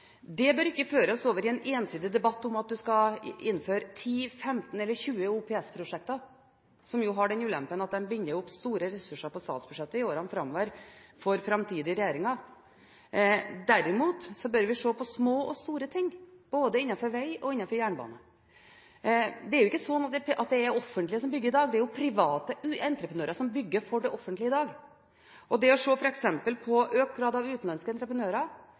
Det bør ikke føre oss over i en ensidig debatt om hvorvidt en skal innføre 10, 15 eller 20 OPS-prosjekter, som har den ulempen at de binder opp store ressurser på statsbudsjettet i årene framover for framtidige regjeringer. Derimot bør vi se på små og store ting, både innenfor vei og innenfor jernbane. Det er ikke slik at det er det offentlige som bygger i dag; det er private entreprenører som bygger for det offentlige. Det f.eks. å se på en økt grad av utenlandske entreprenører